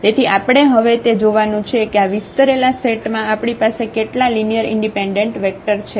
તેથી આપણે હવે તે જોવાનું છે કે આ વિસ્તરેલા સેટમાં આપણી પાસે કેટલા લિનિયર ઇન્ડિપેન્ડન્ટ વેક્ટર છે